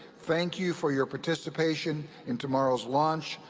thank you for your participation in tomorrow's launch.